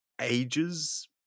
ages